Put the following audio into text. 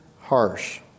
harsh